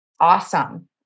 Awesome